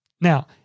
Now